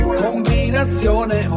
combinazione